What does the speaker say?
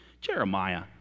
Jeremiah